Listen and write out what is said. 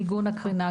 מיגון הקרינה,